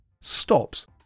stops